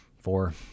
Four